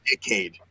decade